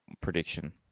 prediction